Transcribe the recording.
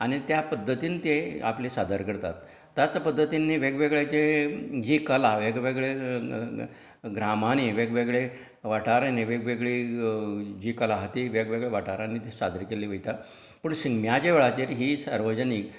आनी त्या पद्दतीन ते आपली सादर करतात तांचे पद्दतीन वेगवेगळ्यांचे जी कला वेगवेगळ्या ग्रामांनी वेगवेगळ्या वाठारांनी वेगवेगळीं जी कला आहा ती वेगवेगळ्या वाठारांनी ती सादर केल्ली वयतात पूण शिगम्याचे वेळाचेर ही सार्वजनीक